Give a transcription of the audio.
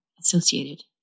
associated